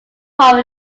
role